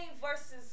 versus